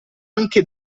anche